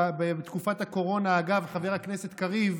בתקופת הקורונה, אגב, חבר הכנסת קריב,